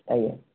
ଆଜ୍ଞା